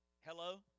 Hello